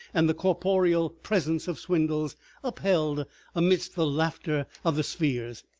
and the corporeal presence of swindells upheld amidst the laughter of the spheres.